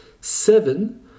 seven